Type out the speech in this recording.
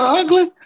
ugly